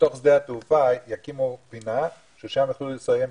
שבתוך שדה התעופה יקימו פינה שם יוכלו לסיים שידוכים.